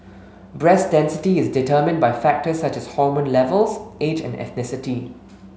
breast density is determined by factors such as hormone levels age and ethnicity